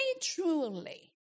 truly